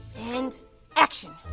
and action!